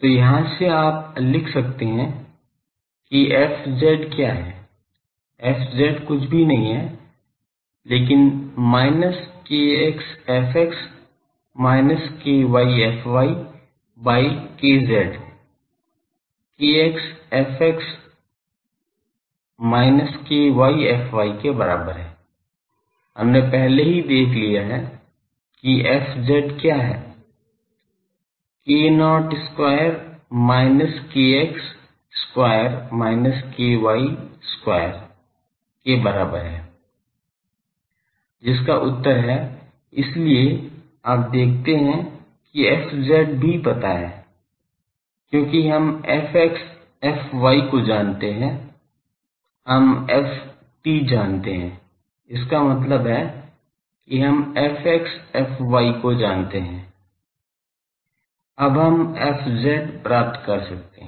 तो यहाँ से आप लिख सकते हैं कि fz क्या है fz कुछ भी नहीं है लेकिन minus kx fx minus ky fy by kz kx fx minus ky fy के बराबर है हमने पहले ही देख लिया है कि kz क्या है k0 square minus kx square minus ky square बराबर है जिसका उत्तर है इसलिए आप देखते हैं कि fz भी पता है क्योंकि हम fx fy को जानते हैं हम ft जानते हैं इसका मतलब है कि हम fx fy को जानते हैं अब हम fz प्राप्त कर सकते हैं